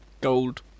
gold